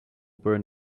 burned